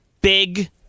Big